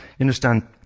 understand